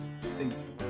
Thanks